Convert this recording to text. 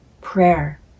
prayer